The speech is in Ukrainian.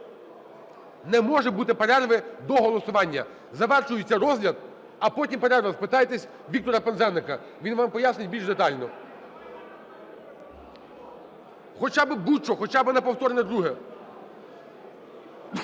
Не може бути перерви до голосування, завершується розгляд, а потім перерва, спитайтесь Віктора Пинзеника, він вам пояснить більш детально. Хоча би будь-що, хоча би на повторне друге.